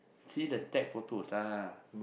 see the tag photos lah